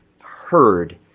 heard